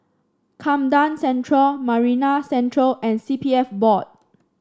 Camden Central Marina Central and C P F Board